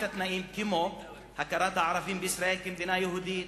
התנאים כמו הכרת הערבים בישראל כמדינה יהודית,